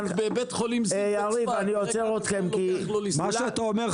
מה שאתה אומר,